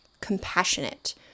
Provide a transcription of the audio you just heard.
compassionate